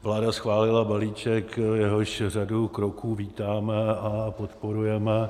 Vláda schválila balíček, jehož řadu kroků vítáme a podporujeme.